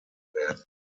werden